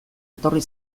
etorri